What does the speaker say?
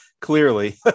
clearly